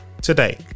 Today